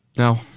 No